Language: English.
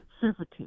servitude